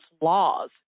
laws